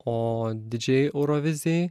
o didžiajai eurovizijai